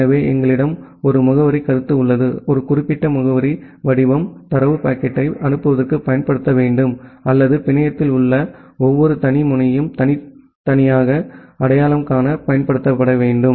எனவே எங்களிடம் ஒரு முகவரி கருத்து உள்ளது ஒரு குறிப்பிட்ட முகவரி வடிவம் தரவு பாக்கெட்டை அனுப்புவதற்கு பயன்படுத்தப்பட வேண்டும் அல்லது பிணையத்தில் உள்ள ஒவ்வொரு தனி முனையையும் தனித்தனியாக அடையாளம் காண பயன்படுத்தப்பட வேண்டும்